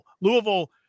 Louisville